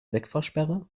wegfahrsperre